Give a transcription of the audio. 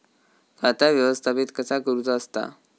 खाता व्यवस्थापित कसा करुचा असता?